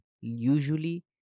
Usually